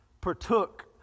partook